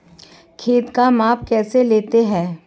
खेत का माप कैसे लेते हैं?